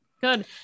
good